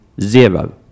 zero